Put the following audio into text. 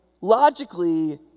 logically